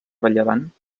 rellevant